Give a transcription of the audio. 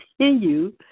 continue